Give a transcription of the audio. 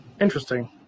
Interesting